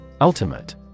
Ultimate